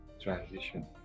transition